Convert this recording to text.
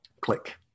click